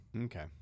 Okay